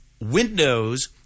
Windows